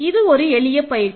இது ஒரு எளிய பயிற்சி